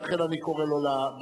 ולכן אני קורא לו לדוכן,